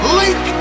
link